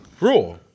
Raw